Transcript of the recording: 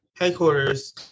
headquarters